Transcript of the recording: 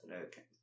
Okay